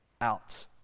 out